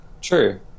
True